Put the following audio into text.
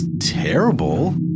terrible